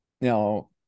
Now